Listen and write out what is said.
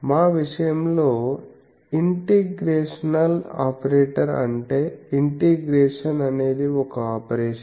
మా విషయంలో integrational operator అంటే ఇంటిగ్రేషన్ అనేది ఒక ఆపరేషన్